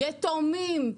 ילדים יתומים.